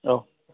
औ